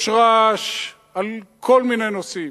יש רעש על כל מיני נושאים.